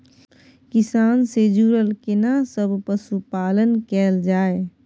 किसान से जुरल केना सब पशुपालन कैल जाय?